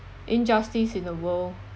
injustice in the world